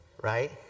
right